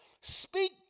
Speak